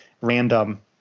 random